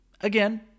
again